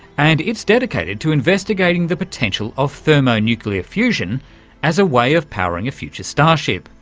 and it's dedicated to investigating the potential of thermo nuclear fusion as a way of powering a future starship.